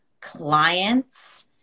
clients